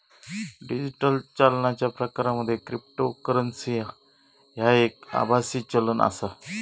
digital चालनाच्या प्रकारांमध्ये cryptocurrency ह्या एक आभासी चलन आसा